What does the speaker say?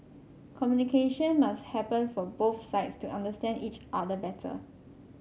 communication must happen for both sides to understand each other better